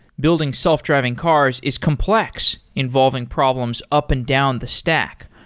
building self-driving cars is complex involving problems up and down the stack.